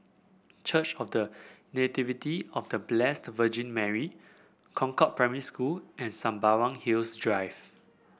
Church of The Nativity of The Blessed Virgin Mary Concord Primary School and Sembawang Hills Drive